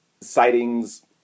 sightings